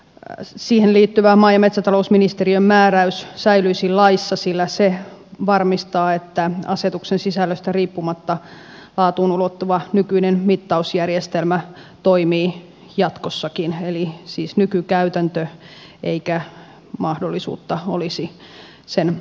kuka laatuositemenetelmään liittyvä maa ja metsätalousministeriön määräys säilyisi laissa sillä se varmistaa että asetuksen sisällöstä riippumatta laatuun ulottuva nykyinen mittausjärjestelmä toimii jatkossakin eli siis nykykäytäntö eikä mahdollisuutta olisi sen huonontamiseen